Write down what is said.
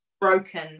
broken